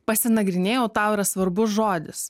pasinagrinėjau tau yra svarbus žodis